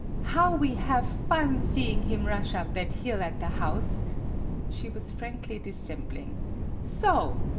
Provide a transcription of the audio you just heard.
how we have fun seeing him rush up that hill at the house she was frankly dissembling so!